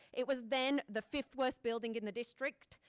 it was then the fifth worst building in the district.